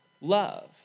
love